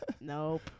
nope